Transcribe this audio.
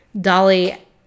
Dolly